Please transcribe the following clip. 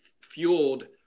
fueled